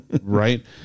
Right